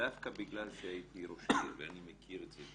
דווקא בגלל שהייתי ראש עיר ואני מכיר את זה,